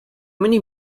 many